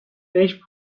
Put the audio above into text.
beş